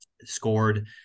scored